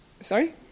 Sorry